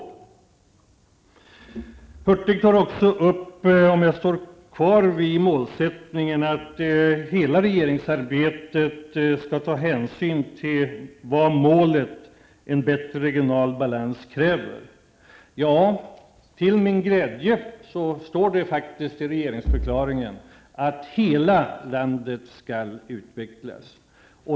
Bengt Hurtig tar också upp frågan om jag står kvar vid målsättningen att hela regeringsarbetet skall ta hänsyn till vad målet en bättre regional balans kräver. Till min glädje står i det i regeringsförklaringen att hela landet skall utvecklas.